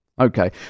Okay